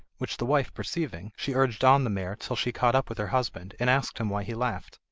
which the wife perceiving, she urged on the mare till she caught up with her husband, and asked him why he laughed.